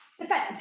defend